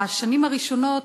בשנים הראשונות,